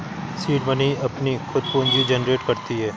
seed money अपनी खुद पूंजी जनरेट करती है